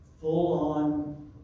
full-on